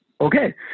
okay